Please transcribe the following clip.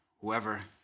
whoever